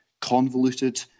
convoluted